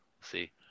see